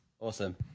Awesome